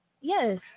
Yes